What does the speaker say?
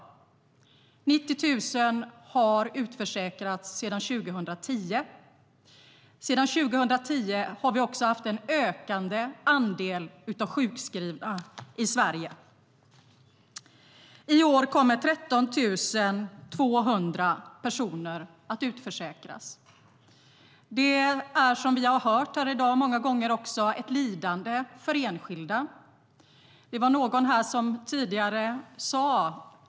90 000 har utförsäkrats sedan 2010. Sedan 2010 har vi också haft en ökande andel av sjukskrivna i Sverige.I år kommer 13 200 personer att utförsäkras. Det är många gånger ett lidande för enskilda.